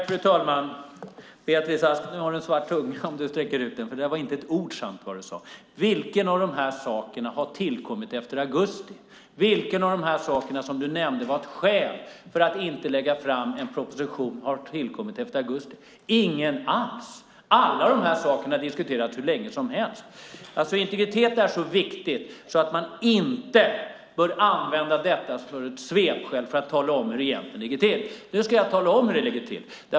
Fru talman! Nu har du en svart tunga, Beatrice Ask, om du sträcker ut den. För det var inte ett ord sant av vad du sade. Vilken av de här sakerna har tillkommit efter augusti? Vilken av de saker som du nämnde var ett skäl för att inte lägga fram en proposition har tillkommit efter augusti? Ingen alls. Alla de här sakerna har diskuterats hur länge som helst. Integritet är så viktigt att man inte bör använda det som ett svepskäl för att tala om hur det egentligen ligger till. Nu ska jag tala om hur det ligger till.